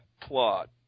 plot